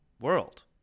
world